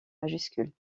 majuscules